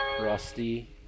Rusty